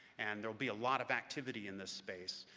and there'll be a lot of activity in this space.